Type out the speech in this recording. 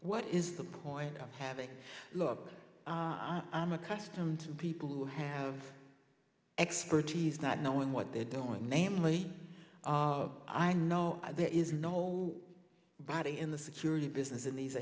what is the point of having look i'm accustomed to people who have expertise not knowing what they're doing namely i know there is no body in the security business in these